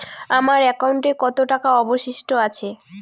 আমার একাউন্টে কত টাকা অবশিষ্ট আছে?